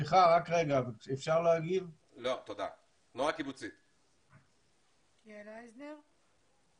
יעל אייזנר.